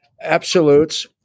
absolutes